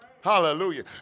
Hallelujah